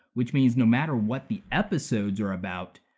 which means no matter what the episodes are about,